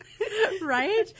Right